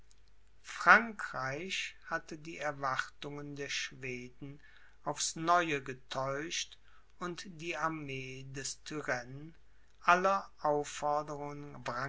frankreich hatte die erwartungen der schweden aufs neue getäuscht und die armee des turenne aller aufforderungen